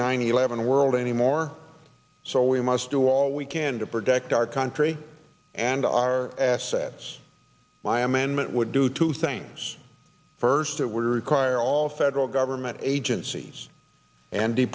nine eleven world anymore so we must do all we can to protect our country and our assets my amendment would do two things first it would require all federal government agencies and